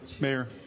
Mayor